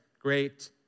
great